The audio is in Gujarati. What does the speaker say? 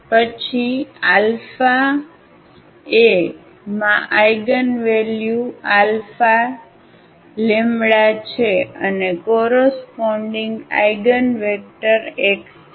પછી αA માં આઇગનવેલ્યુ αλ છે અને કોરસપોન્ડીગ આઇગનવેક્ટર x છે